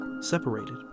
separated